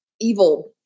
evil